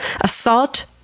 assault